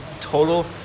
total